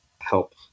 help